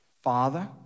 Father